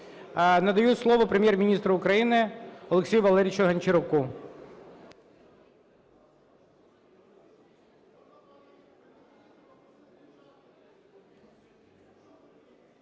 Надаю слово Прем'єр-міністру України Олексію Валерійовичу Гончаруку.